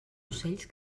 ocells